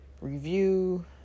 review